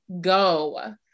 go